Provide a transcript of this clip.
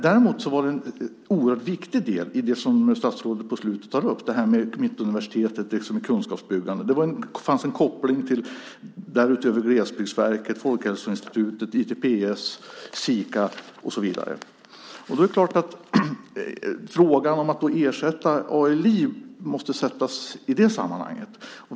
Däremot var den en oerhört viktig del i det som statsrådet på slutet tar upp, nämligen det här med Mittuniversitetet och kunskapsbyggande. Det fanns en koppling därutöver till Glesbygdsverket, Folkhälsoinstitutet, ITPS, Sika och så vidare. Då är det klart att frågan om att ersätta ALI måste sättas in i det sammanhanget.